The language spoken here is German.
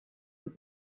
und